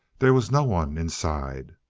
there was no one inside.